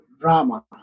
drama